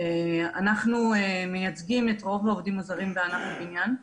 אנחנו מייצגים את רוב העובדים הזרים בענף הבנייה.